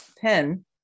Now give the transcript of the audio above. pen